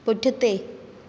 पुठिते